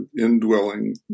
indwelling